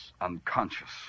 unconscious